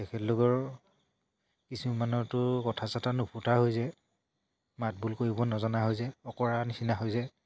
তেখেতলোকৰ কিছুমানৰতো কথা চথা নুফুটা হৈ যায় মাতবোল কৰিব নজনা হৈ যায় অকৰা নিচিনা হৈ যায়